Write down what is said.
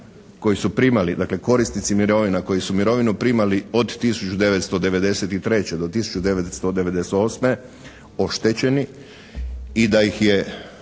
koji su primali, dakle korisnici mirovina koji su mirovinu primali od 1993. do 1998. oštećeni i da ih je